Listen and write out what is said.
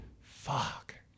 fuck